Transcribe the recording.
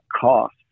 cost